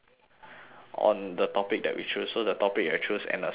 on the topic that we choose so the topic that we choose and a summary on it